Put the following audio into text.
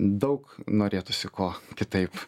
daug norėtųsi ko kitaip